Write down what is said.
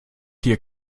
hier